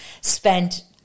spent